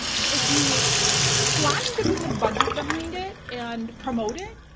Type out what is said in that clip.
if you're planning to put some budget behind it and promote it,